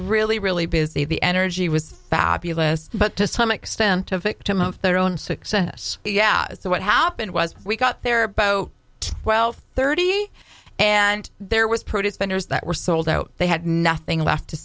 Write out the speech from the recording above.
really really busy the energy was fabulous but to some extent a victim of their own success yeah so what happened was we got there about twelve thirty and there was produce vendors that were sold out they had nothing left to